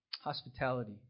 Hospitality